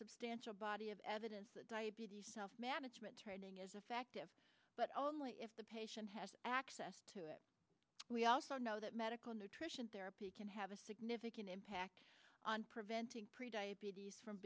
substantial body of evidence that diabetes self management training is effective but only if the patient has access to it we also know that medical nutrition therapy can have a significant impact on preventing pre diabetes from